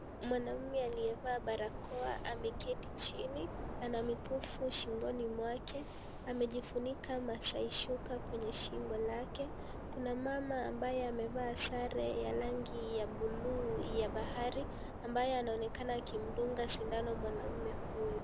Mwanaume aliyevaa barakoa ameketi chini ana mkufu shingoni mwake amejifunika maasai shuka kwenye shingo lake kuna mama ambaye amevaa sare ya rangi ya buluu ya bahari ambaye anaonekana akimdunga sindano mwanaume huyu.